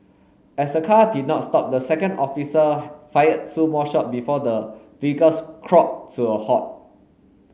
as the car did not stop the second officer fired two more shot before the vehicle crawled to a halt